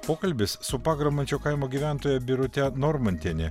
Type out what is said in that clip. pokalbis su pagramančio kaimo gyventoja birute normantiene